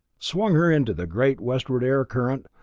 swung her into the great westward air current,